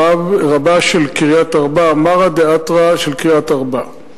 רבה של קריית-ארבע, מרא דאתרא של קריית-ארבע.